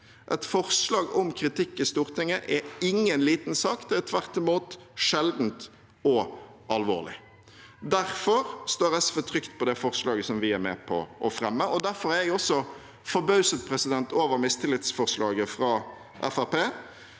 Et forslag om kritikk i Stortinget er ingen liten sak. Det er tvert imot sjeldent og alvorlig. Derfor står SV trygt på det forslaget vi er med på å fremme, og derfor er jeg også forbauset over mistillitsforslaget fra